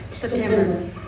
September